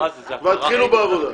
וכבר התחילו בעבודה.